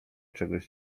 czegoś